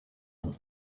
nom